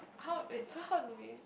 how wait so how do we